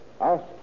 Ask